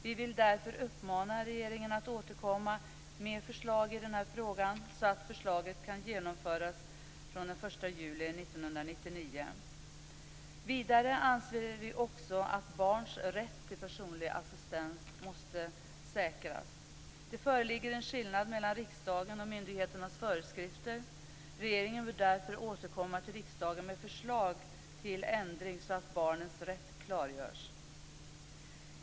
Vi vill därför uppmana regeringen att återkomma med förslag i denna fråga, så att förslaget kan genomföras den 1 juli 1999. Vidare anser vi att barns rätt till personlig assistans måste säkras. Det föreligger en skillnad mellan riksdagens och myndighetens föreskrifter. Regeringen bör därför återkomma till riksdagen med förslag till ändring så att barnens rätt klargörs.